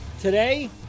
today